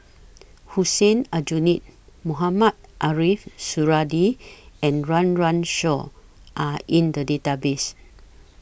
Hussein Aljunied Mohamed Ariff Suradi and Run Run Shaw Are in The Database